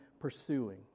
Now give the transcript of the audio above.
pursuing